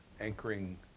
anchoring